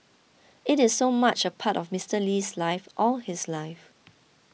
it is so much a part of Mister Lee's life all his life